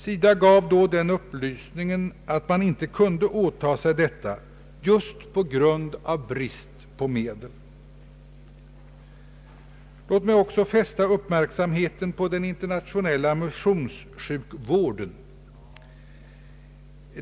SIDA gav då den upplysningen att man inte kunde åtaga sig detta just på grund av brist på medel. Låt mig också fästa uppmärksamheten på den internationella missionssjukvården.